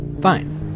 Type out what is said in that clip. Fine